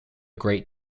great